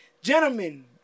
Gentlemen